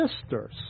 sisters